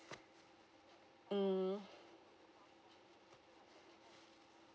mm